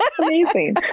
Amazing